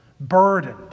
burdened